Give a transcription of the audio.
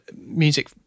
music